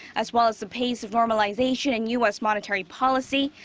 as well as the pace of normalization in u s. monetary policy.